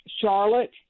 Charlotte